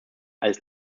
als